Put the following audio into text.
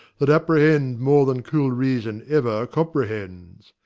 that apprehend more than cool reason ever comprehends.